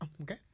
Okay